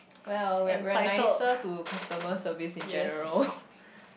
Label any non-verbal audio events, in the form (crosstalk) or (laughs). well we're we're nicer to customer service in general (laughs)